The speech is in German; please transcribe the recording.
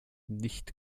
nicht